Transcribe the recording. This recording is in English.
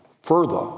further